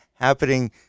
happening